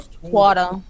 water